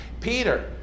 peter